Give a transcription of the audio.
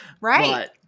right